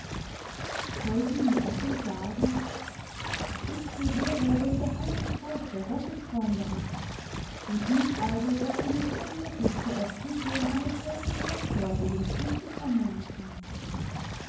soll sie ihm offen sagen ich gehöre dem geheimen kreis der gottesfreunde an du siehst also daß du mich unmöglich zur äbtissin eines solchen rechtgläubigen stiftes ernennen kannst